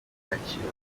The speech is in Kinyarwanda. ntakintu